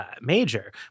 major